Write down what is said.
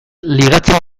ligatzen